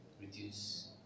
reduce